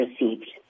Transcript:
received